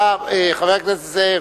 חבר הכנסת זאב,